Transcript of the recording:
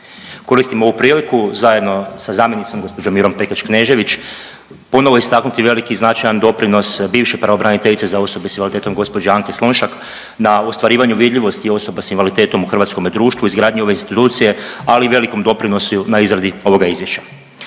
Koristim ovu priliku zajedno sa zamjenicom gospođom Mirom Pekeč Knežević ponovno istaknuti veliki značajan doprinos bivše pravobraniteljice za osobe s invaliditetom gospođe Anke Slunjšak na ostvarivanju vidljivosti osoba s invaliditetom u hrvatskome društvu, izgradnji ove institucije ali i velikom doprinosu na izradi ovoga izvješća.